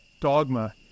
dogma